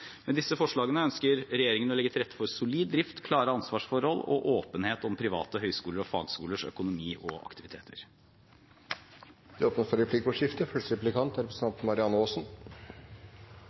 Med disse forslagene ønsker regjeringen å legge til rette for solid drift, klare ansvarsforhold og åpenhet om private høyskoler og fagskolers økonomi og aktiviteter. Det blir replikkordskifte.